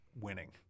winning